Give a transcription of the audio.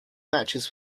matches